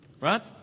Right